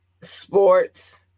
sports